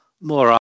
more